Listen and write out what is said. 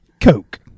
Coke